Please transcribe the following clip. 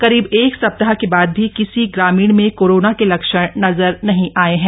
करीब एक सप्ताह के बाद भी किसी ग्रामीण में कोरोना के लक्षण नहीं नजर आये हैं